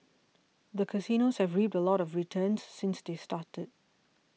the casinos have reaped a lot of returns since they started